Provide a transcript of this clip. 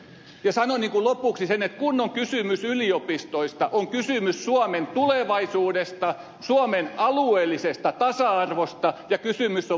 ja sanon lopuksi sen että kun on kysymys yliopistoista on kysymys suomen tulevaisuudesta suomen alueellisesta tasa arvosta ja kysymys on myös työllisyydestä